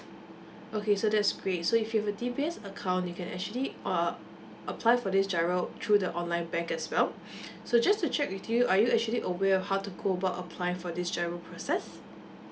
okay so that's great so if you have a D_B_S account you can actually uh apply for this GIRO through the online bank as well so just to check with you are you actually aware of how to go about apply for this GIRO process